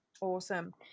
Awesome